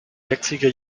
jetzige